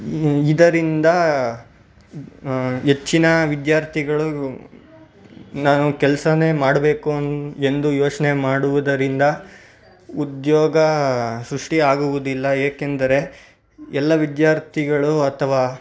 ಇದರಿಂದ ಹೆಚ್ಚಿನ ವಿದ್ಯಾರ್ಥಿಗಳು ನಾನು ಕೆಲಸನೇ ಮಾಡಬೇಕು ಎಂದು ಯೋಚ್ನೆ ಮಾಡುವುದರಿಂದ ಉದ್ಯೋಗ ಸೃಷ್ಟಿಯಾಗುವುದಿಲ್ಲ ಏಕೆಂದರೆ ಎಲ್ಲ ವಿದ್ಯಾರ್ಥಿಗಳು ಅಥವಾ